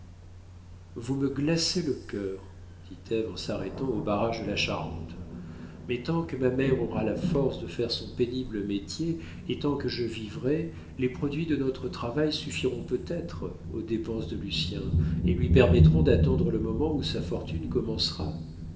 vous me glacez le cœur dit ève en s'arrêtant au barrage de la charente mais tant que ma mère aura la force de faire son pénible métier et tant que je vivrai les produits de notre travail suffiront peut-être aux dépenses de lucien et lui permettront d'attendre le moment où sa fortune commencera